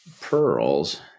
pearls